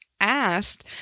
asked